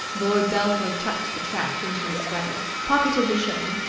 lord belpher tucked the tract into his sweater, pocketed the shilling,